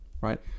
Right